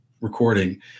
recording